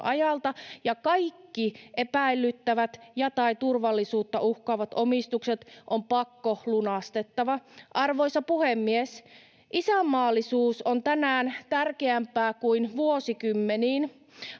ja kaikki epäilyttävät ja/tai turvallisuutta uhkaavat omistukset on pakkolunastettava. Arvoisa puhemies! Isänmaallisuus on tänään tärkeämpää kuin vuosikymmeniin.